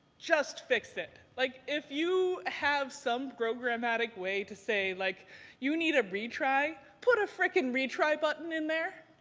just fix it. like, if you have some programmatic way to say like you need a retry. put a freaking retry button in there.